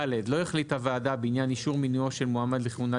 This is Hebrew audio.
(ד) לא החליטה הוועדה בעניין אישור מינויו של מועמד לכהונת